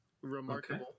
Remarkable